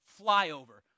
flyover